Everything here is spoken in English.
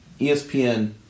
ESPN